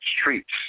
streets